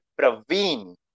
Praveen